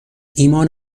ایمان